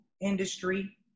industry